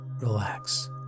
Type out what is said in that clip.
relax